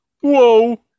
Whoa